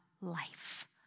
life